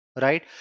right